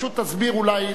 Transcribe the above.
פשוט תסביר אולי,